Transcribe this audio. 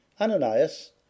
Ananias